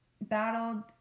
battled